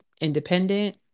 independent